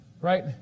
right